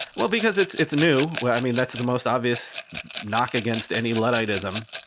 well, because it's it's new. well, i mean, that's the most obvious knock against any ludditism.